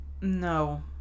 no